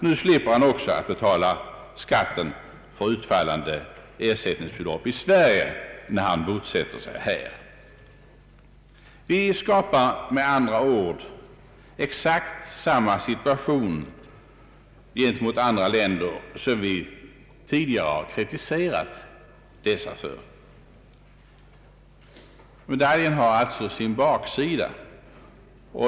Nu slipper han betala skatt på utfallande ersättningsbelopp i Sverige, när han bosätter sig här. Vi skapar med andra ord exakt samma situation gentemot andra länder, som vi tidigare har kritiserat dessa för. Medaljen har alltså även en baksida.